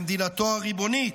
במדינתו הריבונית,